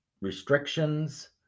restrictions